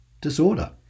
Disorder